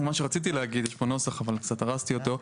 ומה שרציתי להגיד בנוסח, אבל קצת הרסתי אותו.